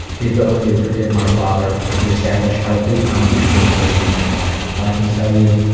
the ability forgive my father, and to establish healthy boundaries with others in my life. well, i can tell you